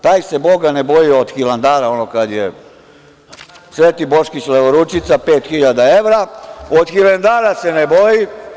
Taj se Boga ne boji, od Hilandara, ono kad je sveti Boškić levoručica, 5.000 evra, od Hilandara se ne boji.